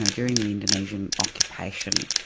ah during the indonesian occupation,